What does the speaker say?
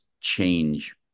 change